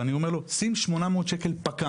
ואני אומר לו: "שים 800 ₪ בפק"מ,